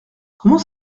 comment